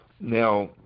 Now